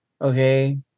okay